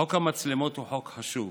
חוק המצלמות הוא חוק חשוב